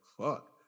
fuck